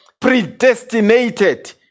predestinated